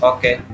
Okay